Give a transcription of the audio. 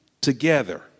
together